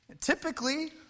Typically